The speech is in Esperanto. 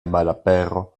malapero